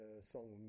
song